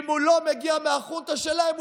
אם הוא לא מגיע מהחונטה שלהם,